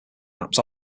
maps